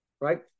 right